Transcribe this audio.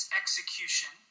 execution